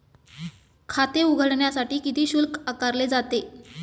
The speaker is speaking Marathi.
खाते उघडण्यासाठी किती शुल्क आकारले जाते?